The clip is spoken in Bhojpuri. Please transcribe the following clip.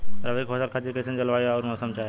रबी क फसल खातिर कइसन जलवाय अउर मौसम चाहेला?